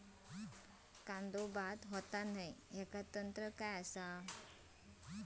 कांदो बाद होऊक नको ह्याका तंत्र काय असा?